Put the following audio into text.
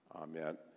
Amen